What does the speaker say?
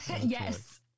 Yes